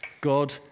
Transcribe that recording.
God